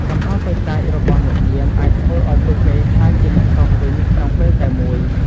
កំហុសតូចតាចរបស់អ្នកយាម អាចធ្វើឱ្យពួកគេក្លាយជាអ្នកទោសវិញក្នុងពេលតែមួយ។